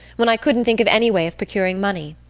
when i couldn't think of any way of procuring money.